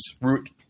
root